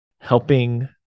helping